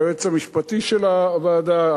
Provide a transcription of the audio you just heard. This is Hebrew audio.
היועץ המשפטי של הוועדה,